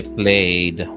played